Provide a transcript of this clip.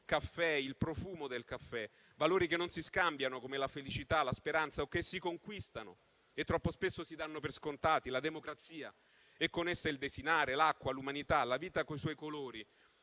il profumo del caffè; valori che non si scambiano, come la felicità, la speranza o che si conquistano e troppo spesso si danno per scontati; la democrazia e con essa il desinare, l'acqua, l'umanità, la vita con i suoi colori